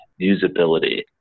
usability